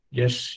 yes